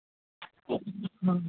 हाँ